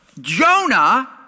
Jonah